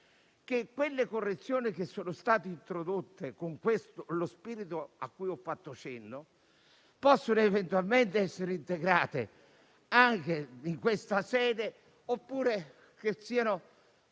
che le correzioni introdotte con lo spirito a cui ho fatto cenno possano eventualmente essere integrate anche in questa sede oppure essere